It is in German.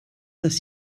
dass